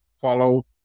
follow